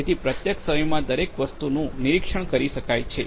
તેથી પ્રત્યક્ષ સમયમાં દરેક વસ્તુનું નિરીક્ષણ કરી શકાય છે